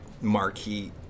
marquee